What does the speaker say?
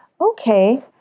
Okay